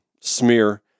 smear